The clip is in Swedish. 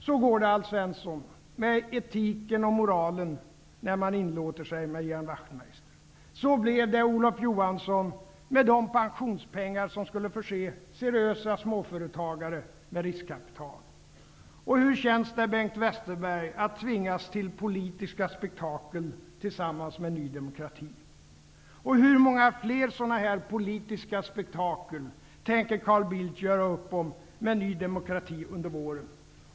Så går det, Alf Svensson, med etiken och moralen när man inlåter sig med Ian Wachtmeister. Så blev det, Olof Johansson, med de pensionspengar som skulle förse seriösa småföretagare med riskkapital. Hur känns det, Bengt Westerberg, att tvingas till politiska spektakel, tillsammans med Ny demokrati? Hur många fler sådana här ''politiska spektakel'' tänker Carl Bildt göra upp om med Ny demokrati under våren?